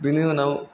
बेनि उनाव